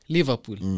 Liverpool